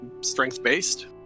strength-based